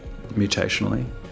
mutationally